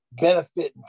benefiting